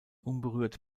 unberührt